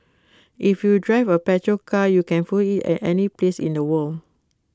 if you drive A petrol car you can fuel IT at any place in the world